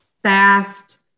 fast